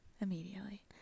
immediately